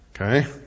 okay